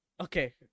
okay